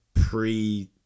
pre